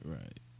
right